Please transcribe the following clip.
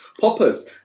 poppers